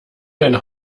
deine